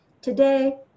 today